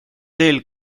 teel